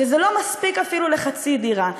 שזה לא מספיק אפילו לחצי דירה,